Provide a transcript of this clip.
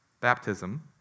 Baptism